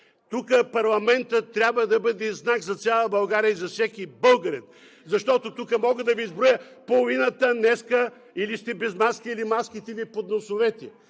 тук парламентът трябва да бъде знак за цяла България и за всеки българин. Тук мога да Ви изброя – половината днес или сте без маски, или маските Ви под носовете.